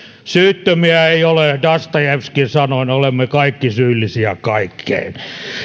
syyttömiä ei ole dostojevskin sanoin olemme kaikki syyllisiä kaikkeen